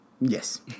Yes